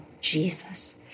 Jesus